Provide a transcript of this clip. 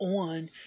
on